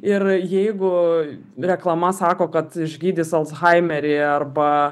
ir jeigu reklama sako kad išgydys alzhaimerį arba